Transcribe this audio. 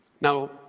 Now